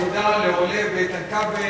תודה לחברי